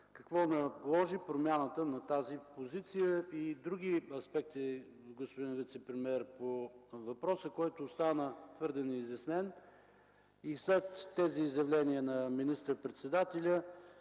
Какво наложи промяната на тази позиция и други аспекти, господин вицепремиер, по въпроса, който остана твърде неизяснен, и след тези изявления на министър-председателя